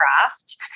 craft